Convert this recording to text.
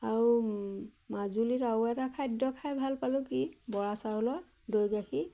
আৰু মাজুলীত আৰু এটা খাদ্য খাই ভাল পালোঁ কি বৰা চাউল আৰু দৈ গাখীৰ